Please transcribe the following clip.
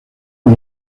con